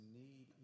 need